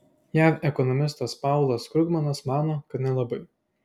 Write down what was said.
jav ekonomistas paulas krugmanas mano kad nelabai